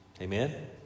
Amen